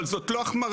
אבל זו לא החמרה.